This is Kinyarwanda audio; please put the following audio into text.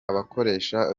abakoresha